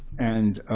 and